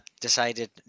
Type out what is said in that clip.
decided